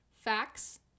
facts